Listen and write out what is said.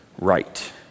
right